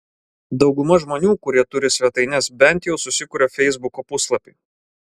dauguma žmonių kurie turi svetaines bent jau susikuria feisbuko puslapį